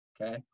okay